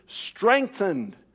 strengthened